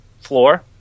floor